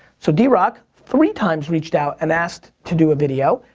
so, drock, three times reached out and asked to do a video.